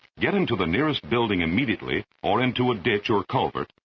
get into the nearest building immediately, or into a ditch or culvert,